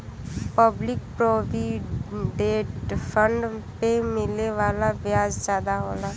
public provident fund पे मिले वाला ब्याज जादा होला